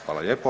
Hvala lijepo.